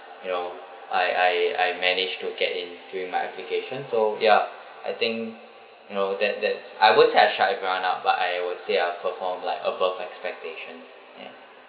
you know I I I managed to get in during my application so ya I think you know that that I won't say I shut everyone up but I would say I perform like above expectations ya